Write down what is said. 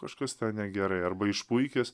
kažkas ten negerai ar išpuikis